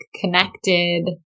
connected